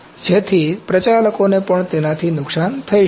જેથી પ્રચાલકોને પણ તેનાથી નુકસાન થઈ શકે છે